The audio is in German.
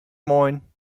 moin